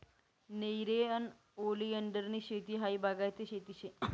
नेरियन ओलीएंडरनी शेती हायी बागायती शेती शे